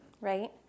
right